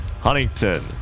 Huntington